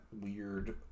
weird